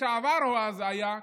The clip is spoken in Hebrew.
לשעבר הוא אז היה.